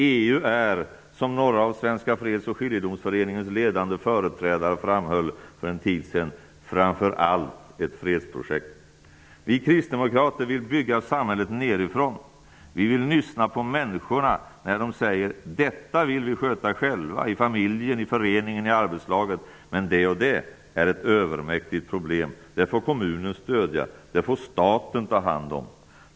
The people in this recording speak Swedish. EU är, som några av Svenska freds och skiljedomsföreningens ledande företrädare framhöll för en tid sedan, framför allt ett fredsprojekt. Vi kristdemokrater vill bygga samhället nedifrån. Vi vill lyssna på människorna när de säger: ''Detta vill vi sköta själva, i familjen, i föreningen, i arbetslaget, men det och det är ett övermäktigt problem -- det får kommunen stödja, det får staten ta hand om.